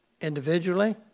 individually